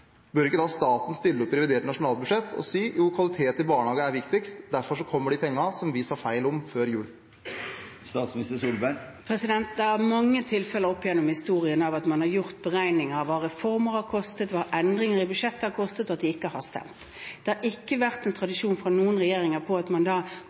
bør ikke da staten stille opp i revidert nasjonalbudsjett og si at kvalitet i barnehager er viktigst, og derfor kommer pengene vi uttalte oss feil om før jul? Det er opp gjennom historien mange tilfeller av at man har gjort beregninger av hva reformer har kostet, hva endringer i budsjettet har kostet, og at det ikke har stemt. Det har ikke vært